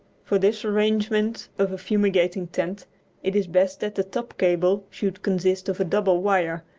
for this arrangement of a fumigating tent it is best that the top cable should consist of a double wire,